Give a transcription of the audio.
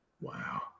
Wow